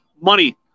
money